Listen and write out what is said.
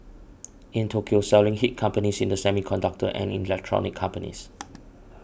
in Tokyo selling hit companies in the semiconductor and electronics companies